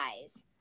eyes